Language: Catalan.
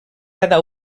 cada